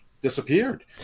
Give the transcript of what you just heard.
disappeared